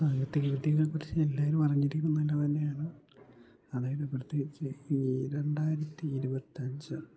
സാങ്കേതിക വിദ്യകളെക്കുറിച്ച് എല്ലാവരും അറിഞ്ഞിരിക്കുന്നത് നല്ലത് തന്നെയാണ് അതായത് പ്രത്യേകിച്ച് ഈ രണ്ടായിരത്തി ഇരുപത്തി അഞ്ച്